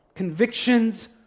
convictions